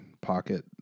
pocket